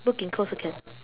put ginkgo also can